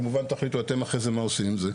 כמובן תחליטו אתם אחרי זה מה עושים עם זה.